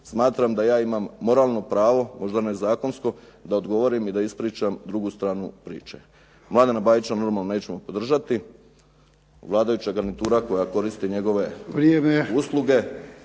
smatram da ja imam moralno pravo, možda ne zakonsko, da odgovorim i da ispričam drugu stranu priče. Mladena Bajića normalno neću podržati. Vladajuća garnitura koja koristi njegove usluge